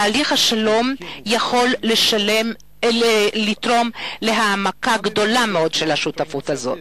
תהליך השלום יכול לתרום להעמקה רבה מאוד של השותפות החזקה הזאת.